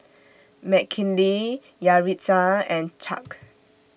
Mckinley Yaritza and Chuck